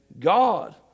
God